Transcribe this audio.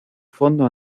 fondo